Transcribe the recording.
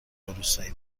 روستایی